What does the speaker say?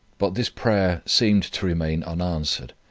but this prayer seemed to remain unanswered.